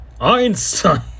Einstein